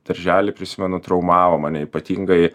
daržely prisimenu traumavo mane ypatingai